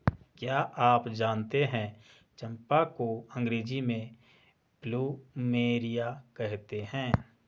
क्या आप जानते है चम्पा को अंग्रेजी में प्लूमेरिया कहते हैं?